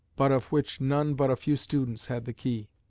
but of which none but a few students had the key.